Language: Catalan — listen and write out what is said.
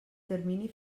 termini